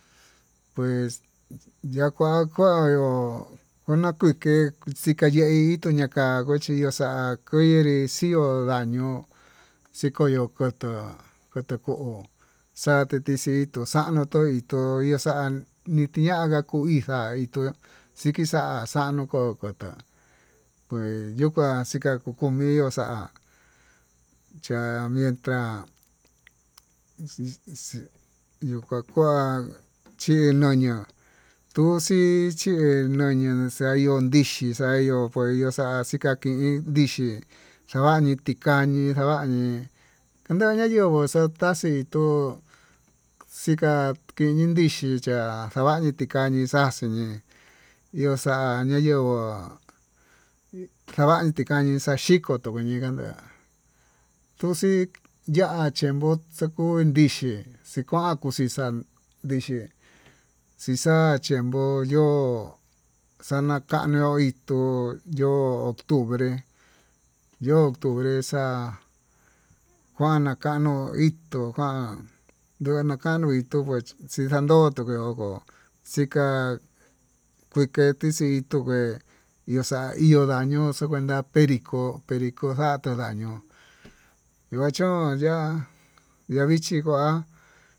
Pues yakua kuayuu, kuena kukei xinaya chiyaxa kunre xhió ondañuu xiko yo'o kutuu, kutuu o'on xate chixitó xa'a no'o itó ixan nitiña'a ngua kuu ixhian tuu xikixan xano'o kokotá pues yuka xikomi yuxa'a cha'a mentras yika'a kua chinoño, tuu xuu xhi xanun ndichí xayuu pue yuu xa'a xikakiñi ndixhi vavañii tikañi xavañi kanda'a ngua yenguo xataxi xito'o, xika kinii ndixhi ya'á xavañi tikañi xaxhin yii iho xa'a ñayenguó xavañi tikañi xachiko ña'a tutin kuaña tuxii ya'a chiembo xakuu ndixhi xikuan kuxhixan ndixhi xixa xhembo, xaña kanuu itó yo'o octubre nda kua nakanó itó kuán ndana kano'o itonó xinando chinduku chika kue kuetixi tungué iho xa'a iho ndañoxo, kuena perico xa'a nró daño yuu he chon ya'a yavichi kuá.